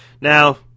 Now